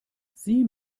sieh